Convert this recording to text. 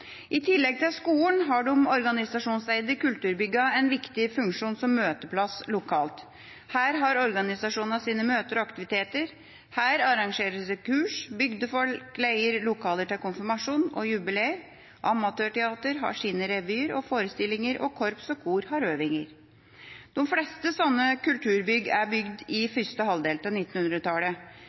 i bydeler. I tillegg til skolen har de organisasjonseide kulturbyggene en viktig funksjon som møteplass lokalt. Her har organisasjonene sine møter og aktiviteter, her arrangeres det kurs, bygdefolk leier lokaler til konfirmasjon og jubileer, amatørteater har sine revyer og forestillinger, og korps og kor har øvinger. De fleste slike kulturbygg er bygd i første halvdel